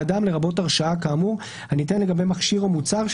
אדם לרבות הרשאה כאמור הניתנת לגבי מכשיר או מוצר,